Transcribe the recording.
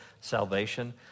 salvation